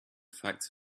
facts